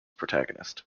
protagonist